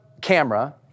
camera